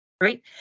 right